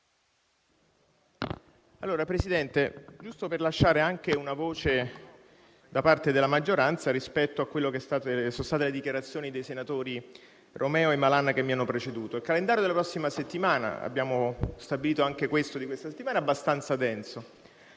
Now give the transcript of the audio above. intervengo giusto per lasciare anche una voce da parte della maggioranza rispetto alle dichiarazioni dei senatori Romeo e Malan che mi hanno preceduto. Il calendario dei lavori della prossima settimana (abbiamo stabilito anche quello di questa settimana) è abbastanza denso.